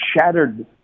shattered